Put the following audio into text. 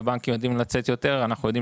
והבנקים יודעים לצאת יותר אנחנו יודעים